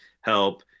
help